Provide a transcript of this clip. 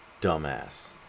dumbass